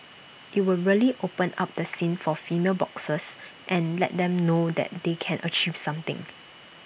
IT would really open up the scene for female boxers and let them know that they can achieve something